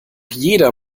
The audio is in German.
jeder